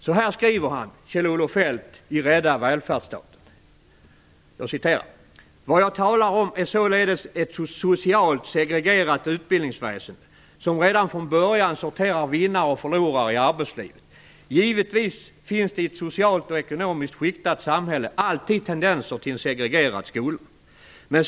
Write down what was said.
Så här skriver han, Kjell-Olof Feldt, i "Vad jag talar om är således ett socialt, segregerat utbildningsväsende som redan från början sorterar ́vinnare ́ och ́förlorare ́ i arbetslivet. Givetvis finns det i ett socialt och ekonomiskt skiktat samhälle alltid tendenser till en segregerad skola.